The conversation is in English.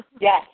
Yes